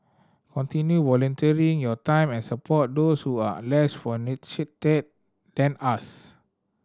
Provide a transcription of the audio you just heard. continue volunteering your time and support those who are less than us